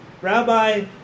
Rabbi